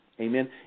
amen